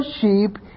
sheep